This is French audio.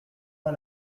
pas